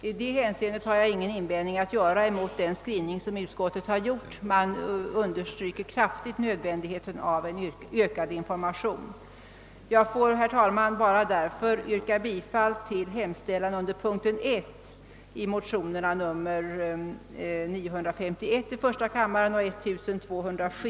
I detta hänseende har jag ingen invändning att göra mot utskottets skrivning; man understryker kraftigt nödvändigheten av ökad information. Herr talman! Jag ber att få yrka bifall till hemställan under punkten 1 i motionerna 1I:951 och II:1207.